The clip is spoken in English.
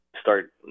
start